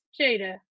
Jada